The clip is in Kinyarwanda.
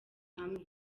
hamwe